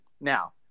now